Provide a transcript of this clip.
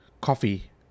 coffee